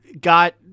got